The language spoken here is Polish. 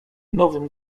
nowym